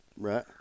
Right